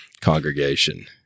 congregation